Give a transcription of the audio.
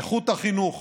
איכות החינוך